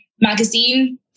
magazine